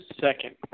second